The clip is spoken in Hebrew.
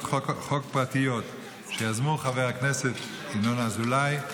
חוק פרטיות שיזמו חבר הכנסת ינון אזולאי,